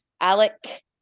Alec